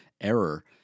error